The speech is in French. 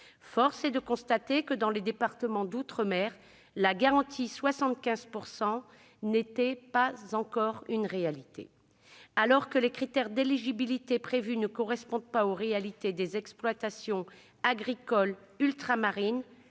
de nos territoires. Or, dans les départements d'outre-mer, la « garantie 75 %» n'était pas encore une réalité. Alors que les critères d'éligibilité prévus ne correspondent pas aux réalités des exploitations agricoles ultramarines,